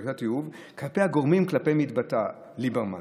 כלפי הגורמים שכלפיהם התבטא ליברמן,